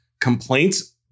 complaints